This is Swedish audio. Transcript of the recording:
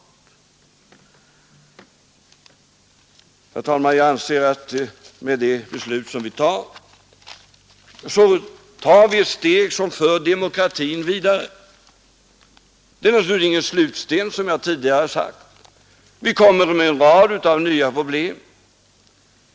Herr talman! Med det beslut som vi kommer att fatta tar vi ett steg som för demokratin vidare. Det rör sig naturligtvis inte om någon slutsten — det har jag tidigare sagt. Vi kommer att möta en rad nya problem.